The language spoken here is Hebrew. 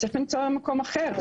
צריך למצוא מקום אחר,